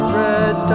red